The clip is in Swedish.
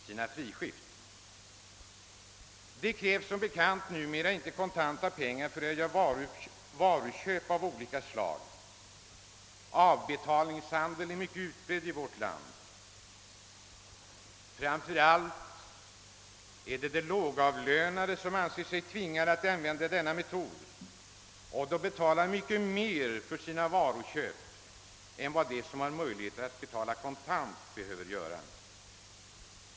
Som bekant krävs det numera inte kontanta pengar för att köpa varor av olika slag. Avbetalningshandeln är myc ket utbredd i vårt land. Framför allt är det de lågavlönade som anser sig tvingade att använda denna metod, och de måste därför betala mycket mer för sina varuköp än vad de som har möjlighet att betala kontant behöver göra.